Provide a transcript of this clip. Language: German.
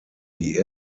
die